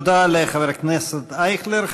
תודה לחבר הכנסת אייכלר.